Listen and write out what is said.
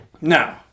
no